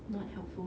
not helpful